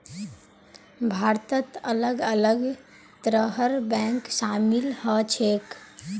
भारतत अलग अलग तरहर बैंक शामिल ह छेक